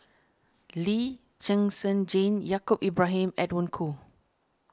Lee Zhen Zhen Jane Yaacob Ibrahim Edwin Koo